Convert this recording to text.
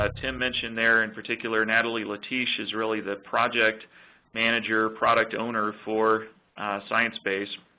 ah tim mentioned there in particular natalie latysh is really the project manager, product owner for sciencebase,